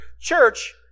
church